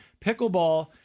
Pickleball